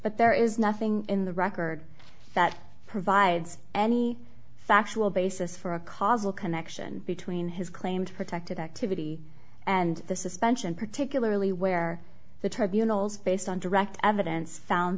but there is nothing in the record that provides any factual basis for a causal connection between his claimed protected activity and the suspension particularly where the tribunals based on direct evidence found